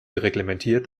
reglementiert